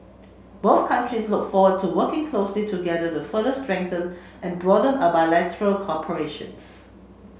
both countries look forward to working closely together to further strengthen and broaden our bilateral cooperations